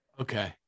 okay